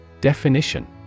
Definition